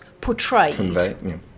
portrayed